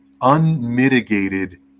unmitigated